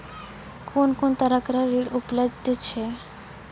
कून कून तरहक ऋण उपलब्ध छै?